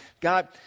God